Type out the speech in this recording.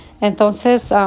Entonces